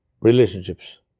relationships